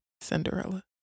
Cinderella